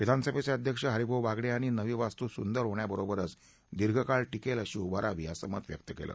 विधानसभेचे अध्यक्ष हरिभाऊ बागडे यांनी नवी वस्तू सुंदर होण्याबरोबर दीर्घकाळ टिकेल अशी उभारावी असं मत व्यक्त केलं